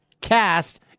Cast